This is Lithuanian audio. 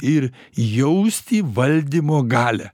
ir jausti valdymo galią